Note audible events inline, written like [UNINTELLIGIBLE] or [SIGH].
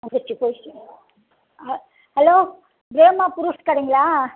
[UNINTELLIGIBLE] hello Prema fruits கடைங்களா